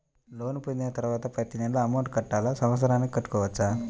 Loan పొందిన తరువాత ప్రతి నెల అమౌంట్ కట్టాలా? సంవత్సరానికి కట్టుకోవచ్చా?